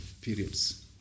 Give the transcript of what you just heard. periods